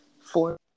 four